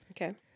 Okay